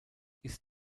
ist